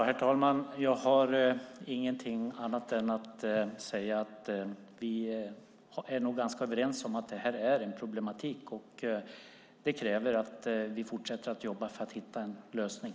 Herr talman! Jag har ingenting annat att säga än att vi nog är ganska överens om att det här är en problematik, och det kräver att vi fortsätter att jobba för att hitta en lösning.